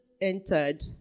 entered